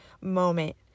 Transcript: moment